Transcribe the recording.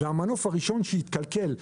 והמנוף הראשון שיתקלקל,